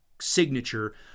signature